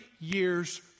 years